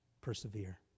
Persevere